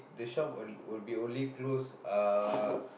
the shop will will be only closed uh